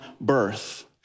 birth